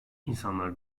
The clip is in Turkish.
i̇nsanlar